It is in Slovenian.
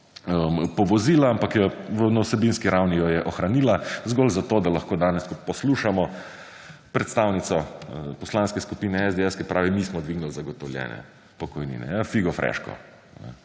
povozila, ampak na vsebinski ravni jo je ohranila zgolj zato, da lahko danes poslušamo predstavnico poslanske skupine SDS, ki pravi mi smo dvignili zagotovljene pokojnine, ja figo freško,